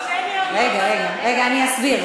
רגע, אני אסביר.